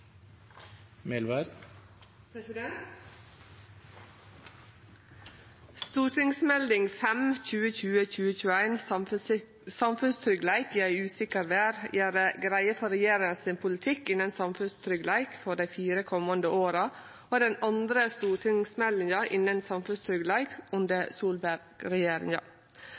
Samfunnstryggleik i ei usikker verd, gjer greie for regjeringas politikk innan samfunnstryggleik for dei fire komande åra og er den andre stortingsmeldinga innan samfunnstryggleik